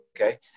okay